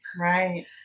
Right